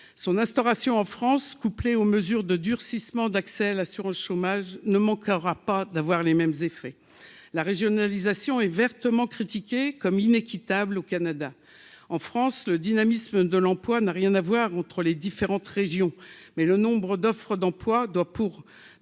son instauration en France, couplé aux mesures de durcissement, d'accès à l'assurance chômage ne manquera pas d'avoir les mêmes effets, la régionalisation est vertement critiqué comme inéquitable au Canada, en France, le dynamisme de l'emploi n'a rien à voir entre les différentes régions, mais le nombre d'offres d'emploi doit pour doit, pour